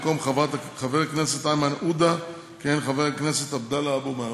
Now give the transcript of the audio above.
במקום חבר הכנסת איימן עודה יכהן חבר הכנסת עבדאללה אבו מערוף.